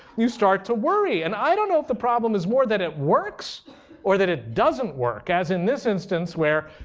you start to worry. and i don't know if the problem is more that it works or that it doesn't work, as in this instance where,